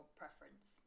preference